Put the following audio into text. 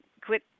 Quit